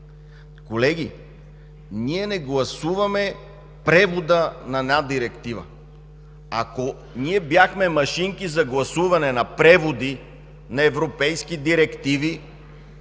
Колеги, ние не гласуваме превода на една директива. Ако ние бяхме машинки за гласуване на преводи на европейски директиви,